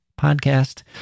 podcast